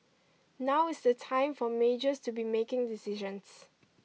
now is the time for majors to be making decisions